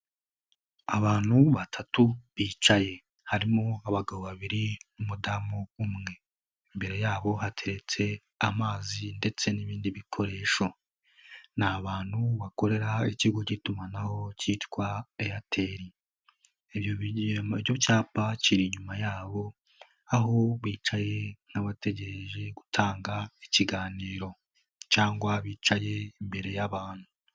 Abantu batatu bicaye, harimo abagabo babiri n'umudamu umwe, imbere yabo hateretse amazi ndetse n'ibindi bikoresho n'abantu bakorera ikigo cy'itumanaho cyitwa Airtel, icyo cyapa kiri inyuma yabo aho bicaye nk'abategereje gutanga ikiganiro cyangwa bicaye imbere y'abantu.